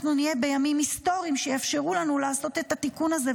אנחנו נהיה ב"ימים היסטוריים שיאפשרו לנו לעשות את התיקון הזה,